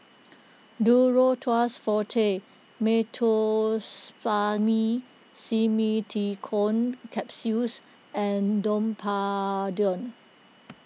Duro Tuss Forte Meteospasmyl Simeticone Capsules and Domperidone